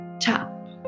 tap